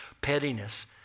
pettiness